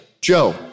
Joe